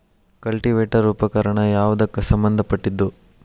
Cultivator ಉಪಕರಣ ಯಾವದಕ್ಕ ಸಂಬಂಧ ಪಟ್ಟಿದ್ದು?